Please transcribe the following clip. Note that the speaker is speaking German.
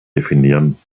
definieren